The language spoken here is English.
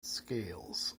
scales